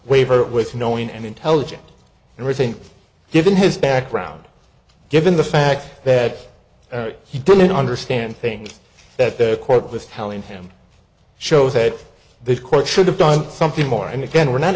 waiver with knowing and intelligent and rethink given his background given the fact that he didn't understand things that the court was telling him show that this court should have done something more and again we're not